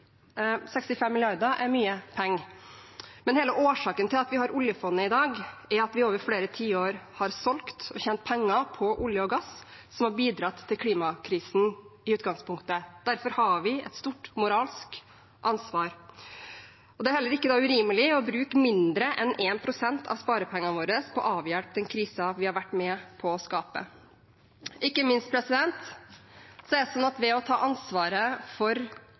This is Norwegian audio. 65 mrd. kr er mye penger, men hele årsaken til at vi har oljefondet i dag, er at vi over flere tiår har solgt og tjent penger på olje og gass, som har bidratt til klimakrisen i utgangspunktet. Derfor har vi et stort moralsk ansvar. Det er heller ikke urimelig å bruke mindre enn 1 pst. av sparepengene våre på å avhjelpe den krisen vi har vært med på å skape. Ikke minst er det sånn at ved å ta ansvaret for